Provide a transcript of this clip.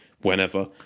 whenever